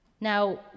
Now